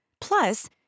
Plus